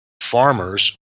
farmers